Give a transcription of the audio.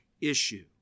issue